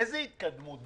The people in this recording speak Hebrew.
איזו התקדמות?